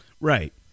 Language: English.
right